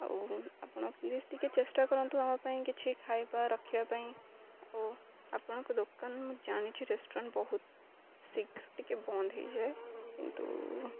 ଆଉ ଆପଣ ପ୍ଲିଜ୍ ଟିକେ ଚେଷ୍ଟା କରନ୍ତୁ ଆମ ପାଇଁ କିଛି ଖାଇବା ରଖିବା ପାଇଁ ଆଉ ଆପଣଙ୍କ ଦୋକାନ ମୁଁ ଜାଣିଛି ରେଷ୍ଟୁରାଣ୍ଟ୍ ବହୁତ ଶୀଘ୍ର ଟିକେ ବନ୍ଦ ହେଇଯାଏ କିନ୍ତୁ